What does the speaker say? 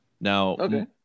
Now